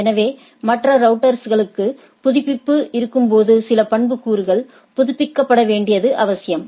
எனவே மற்ற ரௌட்டர்ஸ்களுக்கு புதுப்பிப்பு இருக்கும்போது சில பண்புக்கூறுகள் புதுப்பிக்கப்பட வேண்டியது அவசியம்